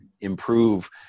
improve